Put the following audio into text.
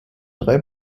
drei